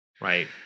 right